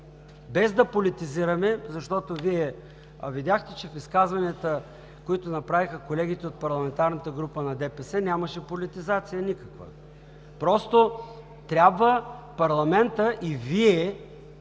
без да политизираме, защото Вие видяхте, че в изказванията, които направиха колегите от парламентарната група на ДПС, нямаше никаква политизация. Просто трябва парламентът и Вие,